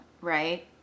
Right